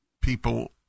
people